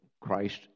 Christ